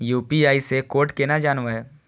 UPI से code केना जानवै?